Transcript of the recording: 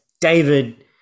David